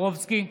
טופורובסקי,